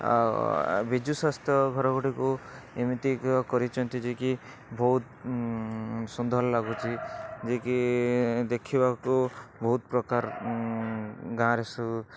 ବିଜୁ ସ୍ୱାସ୍ଥ୍ୟ ଘର ଗୁଡ଼ିକୁ ଏମିତି କରିଛନ୍ତି ଯେ କି ବହୁତ ସୁନ୍ଦର ଲାଗୁଛି ଯେ କି ଦେଖିବାକୁ ବହୁତ ପ୍ରକାର ଗାଁରେ